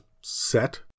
set